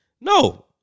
No